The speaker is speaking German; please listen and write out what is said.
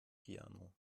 piano